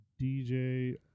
DJ